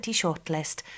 shortlist